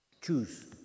Choose